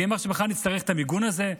מי אמר שבכלל נצטרך את המיגון הזה,